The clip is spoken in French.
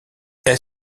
est